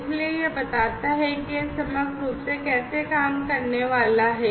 इसलिए यह बताता है कि यह समग्र रूप से कैसे काम करने वाला है